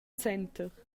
center